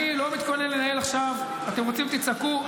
אני לא מתכונן לנהל עכשיו, אתם רוצים, תצעקו.